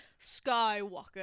Skywalker